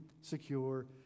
secure